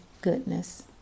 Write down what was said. goodness